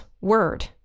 word